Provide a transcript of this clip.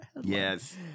Yes